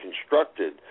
constructed